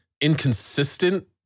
inconsistent